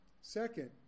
Second